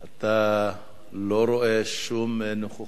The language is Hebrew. אתה לא רואה שום נוכחות,